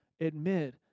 admit